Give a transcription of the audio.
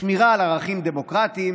שמירה על ערכים דמוקרטיים,